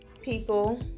people